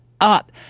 up